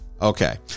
okay